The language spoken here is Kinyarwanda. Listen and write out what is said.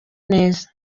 neza